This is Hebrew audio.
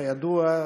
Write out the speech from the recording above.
כידוע,